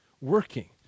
working